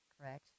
correct